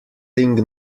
thing